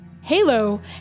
Halo